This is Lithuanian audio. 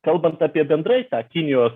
kalbant apie bendrai tą kinijos